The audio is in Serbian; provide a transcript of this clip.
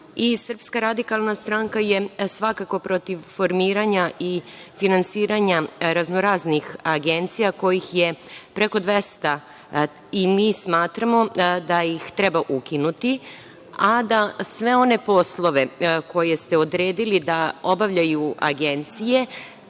i Srpska radikalna stranka je svakako protiv formiranja i finansiranja raznoraznih agencija, kojih je preko 200. Mi smatramo da ih treba ukinuti, a da sve one poslove koje ste odredili da obavljaju agencije,